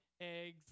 eggs